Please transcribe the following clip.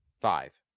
Five